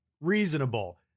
reasonable